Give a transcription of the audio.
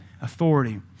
authority